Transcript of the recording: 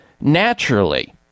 naturally